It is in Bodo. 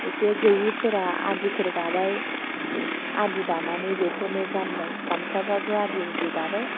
एसे गैयैफोरा आदिफोर दाबाय आदि दानानै बेखौनो गानबाय गामसाबाबो आदि उदि दाबाय